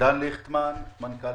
דן ליכטמן, מנכ"ל